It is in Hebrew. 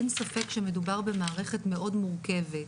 אין ספק שמדובר במערכת מאוד מורכבת,